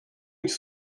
ils